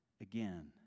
again